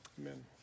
amen